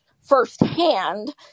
firsthand